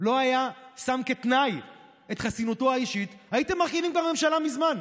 לא היה שם כתנאי את חסינותו האישית הייתם מרכיבים את הממשלה מזמן.